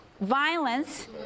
violence